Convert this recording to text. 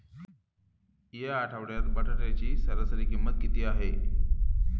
या आठवड्यात बटाट्याची सरासरी किंमत किती आहे?